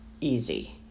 easy